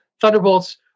Thunderbolts